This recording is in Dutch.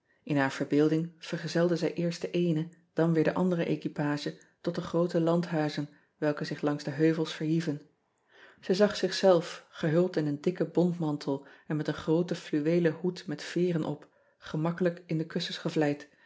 n haar verbeelding vergezelde zij eerst de ééne dan weer de andere equipage tot de groote landhuizen welke zich langs de heuvels verhieven ij zag zichzelf gehuld in een dikken bontmantel en met een grooten fluweelen hoed met veeren op gemakkelijk in de kussens gevlijd